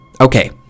okay